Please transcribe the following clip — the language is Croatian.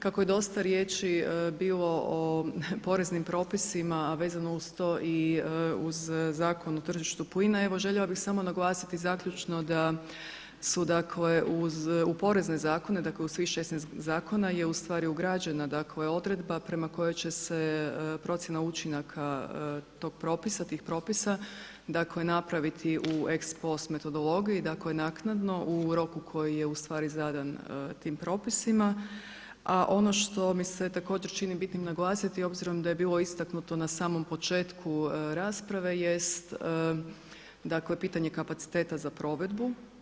Kako je dosta riječi bilo o poreznim propisima a vezano uz to i uz Zakon o tržištu plina, evo željela bih samo naglasiti zaključno da su dakle uz, u porezne zakone, dakle u svih 16 zakona je ustvari ugrađena dakle odredba prema kojoj će se procjena učinaka tog propisa, tih propisa dakle napraviti u ex post metodologiji, dakle naknadno u roku koji je u stvari zadan tim propisima, a ono što mi se također čini bitnim naglasiti obzirom da je bilo istaknuto na samom početku rasprave jest dakle pitanje kapaciteta za provedbu.